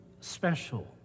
special